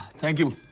thank you.